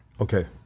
Okay